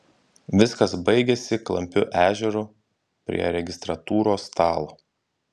viskas baigėsi klampiu ežeru prie registratūros stalo